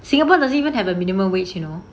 singapore doesn't even have a minimum wage you know